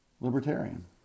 libertarian